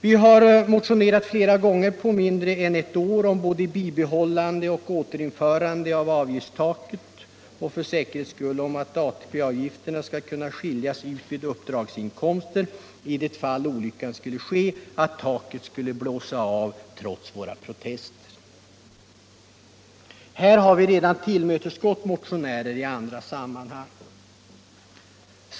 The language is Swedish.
Vi har mo tionerat flera gånger på mindre än ett år om både bibehållande och återinförande av avgiftstaket och för säkerhets skull om att ATP-avgifterna skall kunna skiljas ut vid uppdragsinkomster, i det fall den olyckan skulle ske att taket skulle ”blåsa av” trots våra protester. Här har riksdagen redan tillmötesgått motionärer i andra sammanhang.